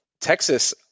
Texas